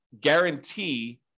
guarantee